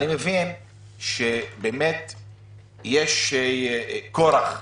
אני מבין שיש כורח,